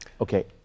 Okay